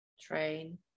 train